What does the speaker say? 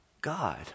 God